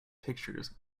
pictures